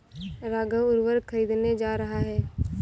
राघव उर्वरक खरीदने जा रहा है